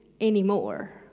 anymore